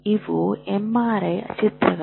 ಇವು ಎಂಆರ್ಐ ಚಿತ್ರಗಳು